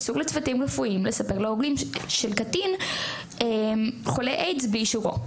אסור לצוותים רפואיים לספר להורים של קטין חולה איידס בלי אישורו.